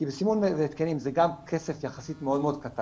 כי סימון והתקנים זה גם כסף יחסית מאוד קטן,